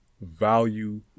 value